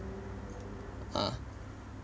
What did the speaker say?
ah